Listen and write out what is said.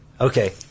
Okay